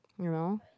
you know